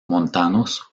montanos